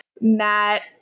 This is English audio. Matt